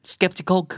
Skeptical